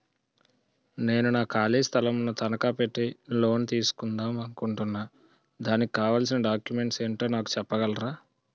నేను నా ఖాళీ స్థలం ను తనకా పెట్టి లోన్ తీసుకుందాం అనుకుంటున్నా దానికి కావాల్సిన డాక్యుమెంట్స్ ఏంటో నాకు చెప్పగలరా?